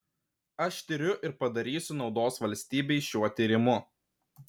aš tiriu ir padarysiu naudos valstybei šiuo tyrimu